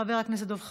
חבר הכנסת דב חנין,